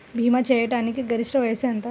భీమా చేయాటానికి గరిష్ట వయస్సు ఎంత?